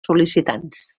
sol·licitants